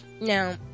now